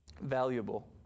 valuable